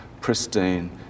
pristine